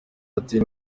ati